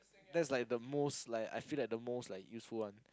that's like the most like I feel that the most like useful one